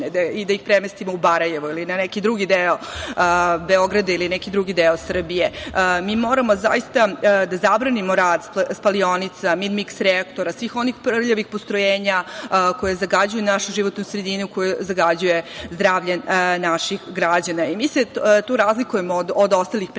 i da ih premestimo u Barajevo ili u neki drugi deo Beograda ili neki drugi deo Srbije. Mi moramo zaista da zabranimo rad spalionica, miks reaktora, svih onih prljavih postrojenja koja zagađuju našu životnu sredinu, koja zagađuju zdravlje naših građana. Mi se tu razlikujemo od ostalih prethodnika